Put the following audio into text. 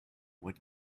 what